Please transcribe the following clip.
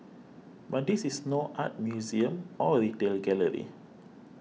but this is no art museum or retail gallery